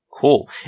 Cool